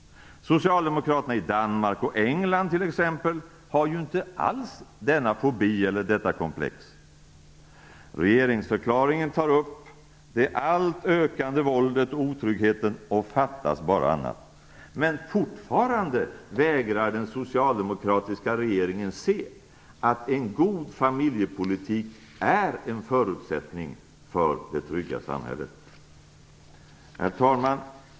Socialdemokraterna i t.ex. Danmark och England har ju inte alls denna fobi eller detta komplex. Regeringsförklaringen tar upp det allt ökande våldet och otryggheten, och fattas bara annat. Men fortfarande vägrar den socialdemokratiska regeringen att se att en god familjepolitik är en förutsättning för det trygga samhället. Herr talman!